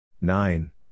Nine